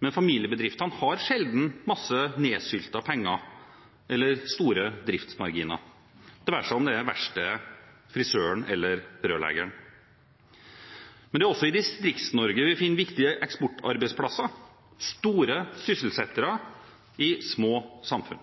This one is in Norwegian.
men familiebedriftene har sjelden masse nedsylta penger eller store driftsmarginer, det være seg verkstedet, frisøren eller rørleggeren. Men det er også i Distrikts-Norge vi finner viktige eksportarbeidsplasser, store sysselsettere i små samfunn.